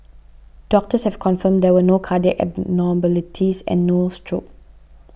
doctors have confirmed there were no cardiac abnormalities and no stroke